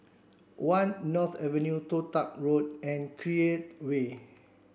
one North Avenue Toh Tuck Road and Create Way